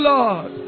Lord